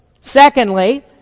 Secondly